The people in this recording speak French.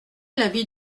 l’avis